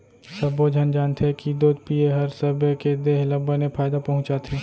सब्बो झन जानथें कि दूद पिए हर सबे के देह ल बने फायदा पहुँचाथे